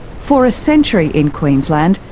for a century in queensland,